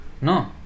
No